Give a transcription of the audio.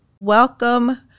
Welcome